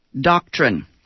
Doctrine